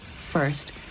First